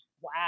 Wow